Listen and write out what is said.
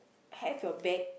have your back